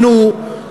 אנחנו,